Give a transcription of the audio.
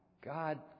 God